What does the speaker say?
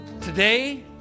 Today